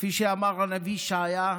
כפי שאמר הנביא ישעיה: